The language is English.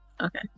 Okay